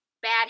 bad